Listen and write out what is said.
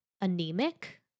anemic